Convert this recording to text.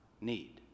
need